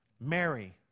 Mary